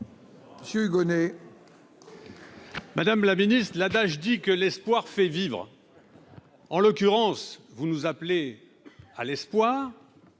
Monsieur Gonnet. Madame la Ministre de l'adage dit que l'espoir fait vivre en l'occurrence, vous nous appelez à l'espoir,